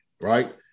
right